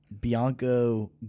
Bianco